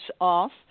off